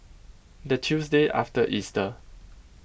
the Tuesday after Easter